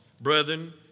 Brethren